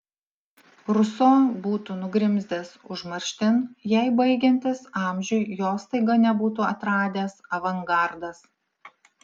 ruso būtų nugrimzdęs užmarštin jei baigiantis amžiui jo staiga nebūtų atradęs avangardas